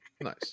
Nice